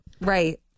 right